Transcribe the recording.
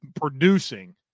producing